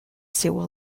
seua